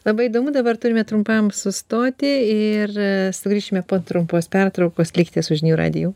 labai įdomu dabar turime trumpam sustoti ir sugrįšime po trumpos pertraukos likite su žinių radiju